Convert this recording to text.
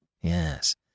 Yes